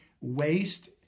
waste